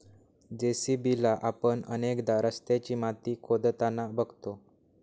JCB ला आपण अनेकदा रस्त्याची माती खोदताना बघतो